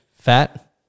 fat